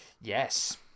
Yes